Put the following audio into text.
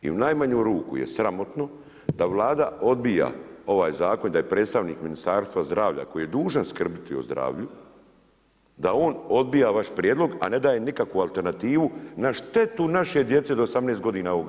I u najmanju ruku je sramotno da Vlada odbija ovaj zakon i da je predstavnik Ministarstva zdravlja koji je dužan skrbiti o zdravlju da on odbija vaš prijedlog, a ne daje nikakvu alternativu na štetu naše djece do 18 godina ograničenje.